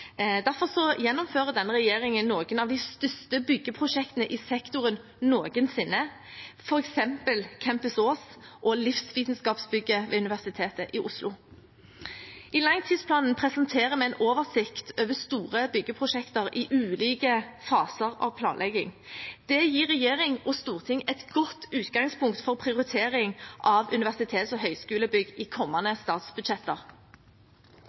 Derfor gjennomfører denne regjeringen noen av de største byggeprosjektene i sektoren noensinne, f.eks. Campus Ås og Livsvitenskapsbygget ved Universitetet i Oslo. I langtidsplanen presenterer vi en oversikt over store byggeprosjekter i ulike faser av planlegging. Det gir regjering og storting et godt utgangspunkt for prioritering av universitets- og høyskolebygg i kommende statsbudsjetter.